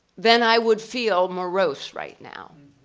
then i would feel morose right now.